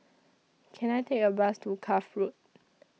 Can I Take A Bus to Cuff Road